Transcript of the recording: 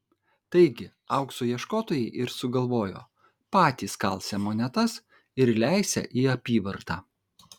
taigi aukso ieškotojai ir sugalvojo patys kalsią monetas ir leisią į apyvartą